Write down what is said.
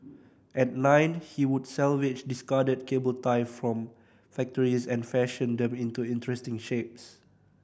at nine he would salvage discarded cable tie from factories and fashion them into interesting shapes